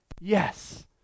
Yes